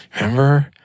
Remember